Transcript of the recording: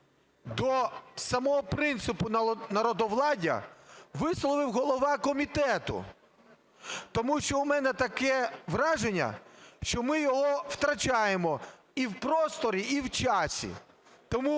до самого принципу народовладдя висловив голова комітету, тому що в мене таке враження, що ми його втрачаємо і в просторі, і в часі. Тому,